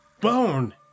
bone